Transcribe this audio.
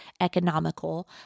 economical